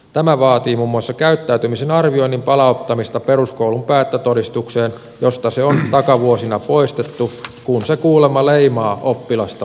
tämä vaatii muun muassa käyttäytymisen arvioinnin palauttamista peruskoulun päättötodistukseen josta se on takavuosina poistettu kun se kuulemma leimaa oppilasta liikaa